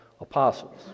apostles